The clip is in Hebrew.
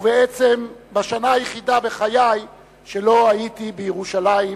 ובעצם בשנה היחידה בחיי שלא הייתי תושב בירושלים.